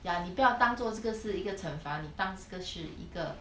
ya 你不要当做这个是一个惩罚你当这个是一个